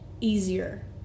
easier